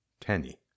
Tenny